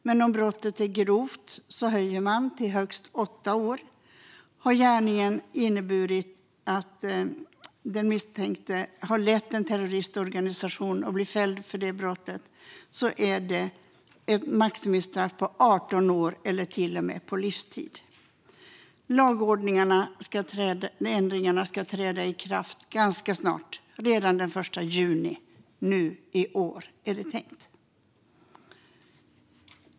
Men om brottet är grovt höjer man till högst 8 år. Har gärningen inneburit att den misstänkte har lett en terroristorganisation och blir fälld för detta brott är maximistraffet 18 år eller till och med livstid. Lagändringarna ska träda i kraft ganska snart - redan den 1 juni nu i år, är det tänkt.